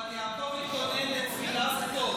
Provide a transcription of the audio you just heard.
נכון, אבל יעקב התכונן בתפילה, זה טוב.